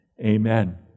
Amen